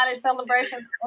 celebration